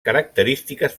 característiques